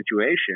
situation